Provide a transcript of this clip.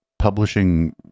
publishing